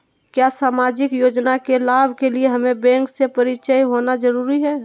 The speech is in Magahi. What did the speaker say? क्या सामाजिक योजना के लाभ के लिए हमें बैंक से परिचय होना जरूरी है?